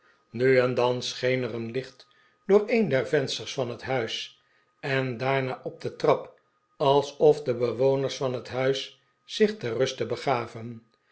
nu en dan scheen er een licht door een der vensters van het huis en daarna op de trap alsof de bewoners van het huis zich ter ruste begaven